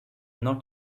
not